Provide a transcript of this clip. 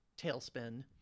tailspin